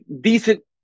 decent